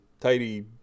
tidy